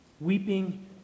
Weeping